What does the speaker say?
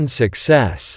success